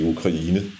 Ukraine